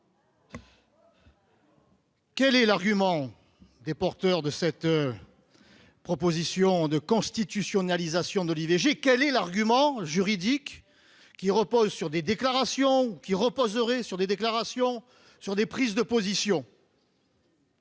Quel est l'argument des porteurs de cette proposition de constitutionnalisation de l'IVG, quel est l'argument juridique qui reposent sur des déclarations qui reposerait sur des déclarations sur des prises de position.